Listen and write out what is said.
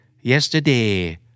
yesterday